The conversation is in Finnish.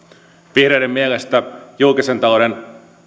vihreiden mielestä julkisen talouden suunnitelman